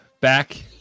back